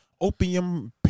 opium